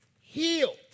healed